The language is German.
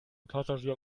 passagier